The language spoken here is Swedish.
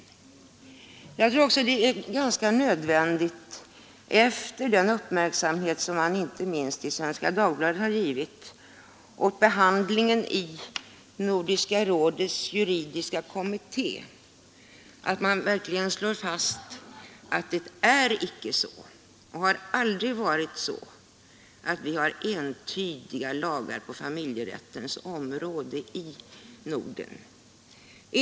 Efter den uppmärksamhet som inte minst Svenska Dagbladet har givit åt behandlingen i Nordiska rådets juridiska kommitté tror jag att det är nödvändigt att också slå fast att vi har inte och har aldrig haft ensartade lagar på familjerättens område i Norden.